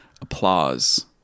applause